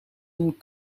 een